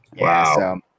wow